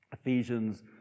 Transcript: Ephesians